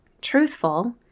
truthful